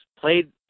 played